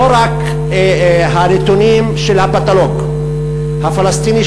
לא רק הנתונים של הפתולוג הפלסטיני,